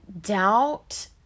doubt